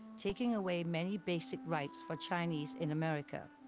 taking away many basic rights for chinese in america.